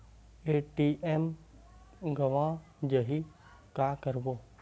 ATM गवां जाहि का करबो?